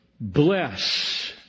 bless